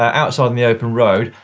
outside in the open road,